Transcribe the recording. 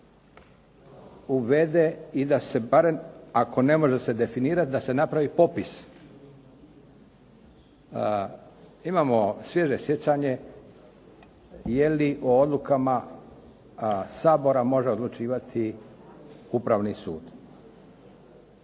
uvede i da se barem, ako ne može se definirati, da se napravi popis. Imamo svježe sjećanje je li o odlukama Sabora može odlučivati upravni sud.